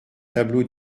tableaux